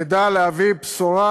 נדע להביא בשורה,